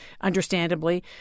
understandably